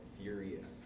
furious